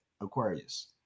Aquarius